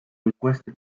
requested